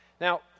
Now